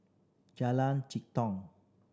Jalan Jitong